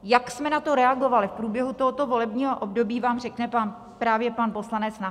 Jak jsme na to reagovali v průběhu tohoto volebního období, vám řekne právě poslanec Nacher.